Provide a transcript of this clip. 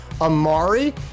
Amari